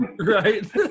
right